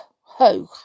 Ho